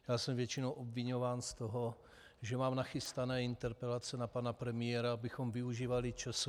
Já jsem většinou obviňován z toho, že mám nachystané interpelace na pana premiéra, abychom využívali času.